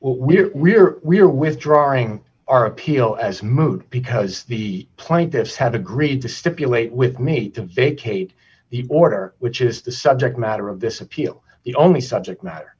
orders we're we're we're withdrawing our appeal as mode because the plaintiffs have agreed to stipulate with made to vacate the order which is the subject matter of this appeal the only subject matter